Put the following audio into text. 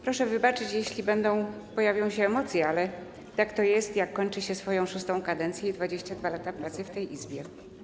Proszę wybaczyć, jeśli pojawią się emocje, ale tak to jest, jak kończy się swoją szóstą kadencję i 22 lata pracy w tej Izbie.